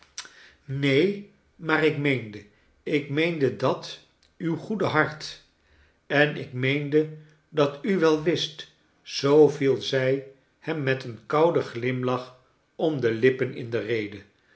neen maar ik meende ik meende dat uw goede hart en ik meende dat u wel wist zoo viel zij hem met een kouden glimlach om de lippen in de rede